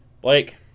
Blake